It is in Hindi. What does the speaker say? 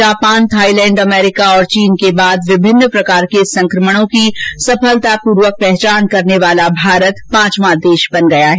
जापान थाईलैंड अमरीका और चीन के बाद विभिन्न प्रकार के संक्रमणों की सफलतापूर्वक पहचान करने वाला भारत पांचवां देश बन गया है